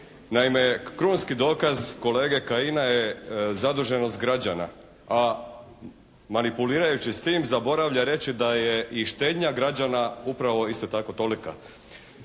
Naime, krunski dokaz kolege Kajina je zaduženost građana. A manipulirajući s tim zaboravlja reći da je i štednja građana upravo isto toliko.